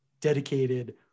dedicated